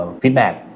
feedback